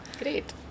Great